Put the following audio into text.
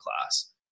class